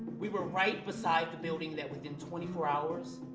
we were right beside the building that within twenty four hours,